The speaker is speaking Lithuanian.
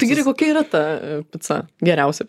tai gerai kokia yra ta pica geriausia